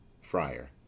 Friar